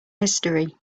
history